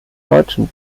deutschen